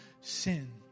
sin